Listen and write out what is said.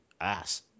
ass